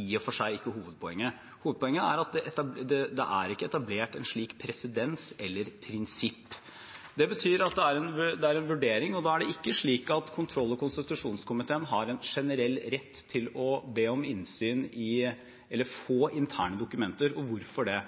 i og for seg ikke hovedpoenget. Hovedpoenget er at det ikke er etablert en slik presedens eller et slikt prinsipp. Det betyr at det er en vurdering, og da er det ikke slik at kontroll- og konstitusjonskomiteen har en generell rett til å få interne dokumenter. Hvorfor det?